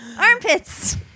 Armpits